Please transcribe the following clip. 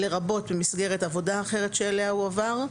לרבות במסגרת עבודה אחרת שאליה הועבר,